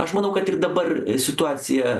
aš manau kad ir dabar situacija